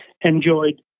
Enjoyed